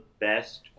best